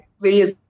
various